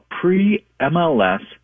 pre-MLS